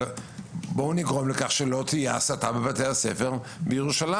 אבל בואו נגרום לכך שלא תהיה הסתה בבתי הספר בירושלים.